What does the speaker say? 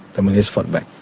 the malays fought back.